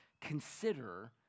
consider